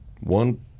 one